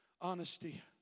honesty